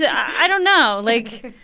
i don't know. like,